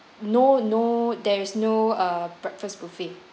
no no there is no uh breakfast buffet